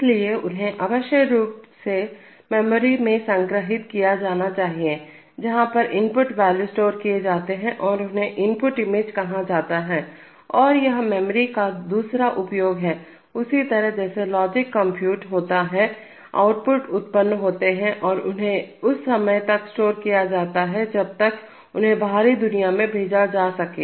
इसीलिए उन्हें आवश्यक रूप से मेमोरी में संग्रहित स्टोर किया जाना चाहिए जहां पर इनपुट वैल्यू स्टोर किए जाते हैं उन्हें इनपुट इमेज कहां जाता है और यह मेमोरी का दूसरा उपयोग है उसी तरह जैसे लॉजिक कंप्यूट होता है आउटपुट उत्पन्न होते हैं और उन्हें उस समय तक स्टोर किया जाता है जब तक उन्हें बाहरी दुनिया में भेजा जा सके